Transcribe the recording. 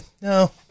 No